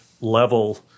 level